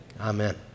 Amen